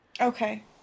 Okay